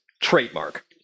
trademark